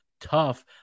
tough